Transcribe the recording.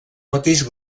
mateix